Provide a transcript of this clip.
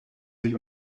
sich